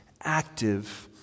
active